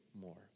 more